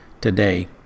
today